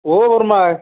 অ' সৰুমাই